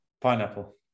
Pineapple